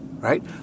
right